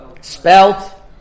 spelt